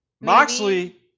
Moxley